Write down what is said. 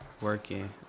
Working